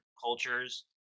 cultures